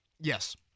Yes